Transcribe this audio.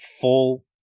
full